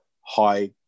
high